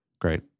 Great